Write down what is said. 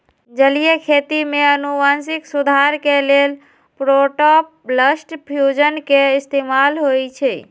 जलीय खेती में अनुवांशिक सुधार के लेल प्रोटॉपलस्ट फ्यूजन के इस्तेमाल होई छई